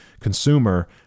consumer